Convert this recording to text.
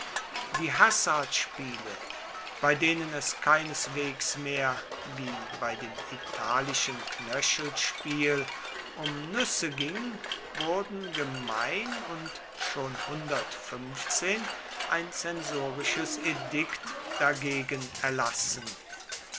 die hasardspiele bei denen es keineswegs mehr wie bei dem italischen knöchelspiel um nüsse ging wurden gemein und schon ein zensorisches edikt dagegen erlassen